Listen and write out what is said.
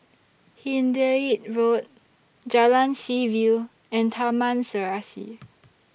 Hindhede Road Jalan Seaview and Taman Serasi